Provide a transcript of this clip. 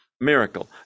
miracle